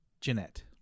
Jeanette